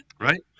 Right